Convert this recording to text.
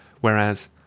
whereas